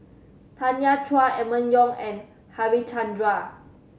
Tanya Chua Emma Yong and Harichandra